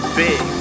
big